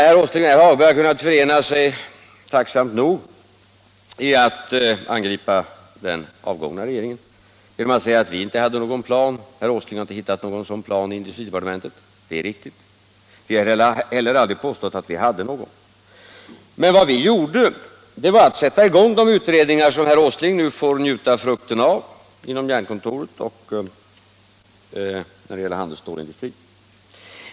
Herr Åsling och herr Hagberg i Borlänge har nu — tacksamt nog — kunnat förena sig i ett angrepp på den avgångna regeringen genom att säga att vi inte hade någon plan; herr Åsling har inte hittat någon sådan plan i industridepartementet. Det är riktigt, och vi har heller aldrig påstått att vi hade någon sådan plan. Men vad vi gjorde var att sätta i gång de utredningar som herr Åsling nu får njuta frukterna av, dvs. utredningen inom Jernkontoret och utredningen angående handelsstålindustrin.